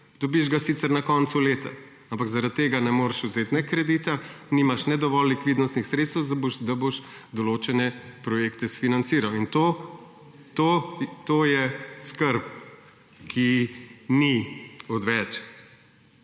dobiš ga sicer na koncu leta, ampak zaradi tega ne moreš vzeti ne kredita, nimaš ne dovolj likvidnostnih sredstev, da boš določene projekte financiral. In to je skrb, ki ni odveč.